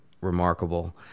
remarkable